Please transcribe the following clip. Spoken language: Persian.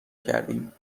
کردیم